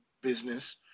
business